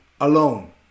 alone